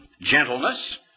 gentleness